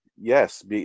Yes